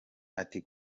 ati